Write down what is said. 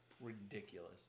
Ridiculous